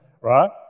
Right